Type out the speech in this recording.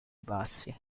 bassi